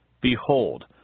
behold